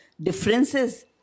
differences